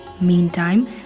Meantime